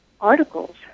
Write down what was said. articles